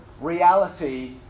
reality